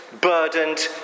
burdened